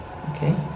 okay